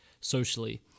socially